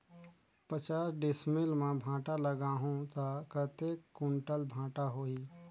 पचास डिसमिल मां भांटा लगाहूं ता कतेक कुंटल भांटा होही?